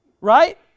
Right